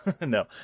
No